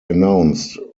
announced